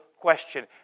question